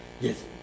yes